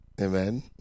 Amen